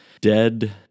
dead